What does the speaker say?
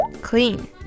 Clean